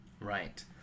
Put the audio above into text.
Right